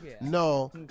No